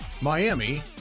Miami